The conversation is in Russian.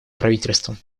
правительством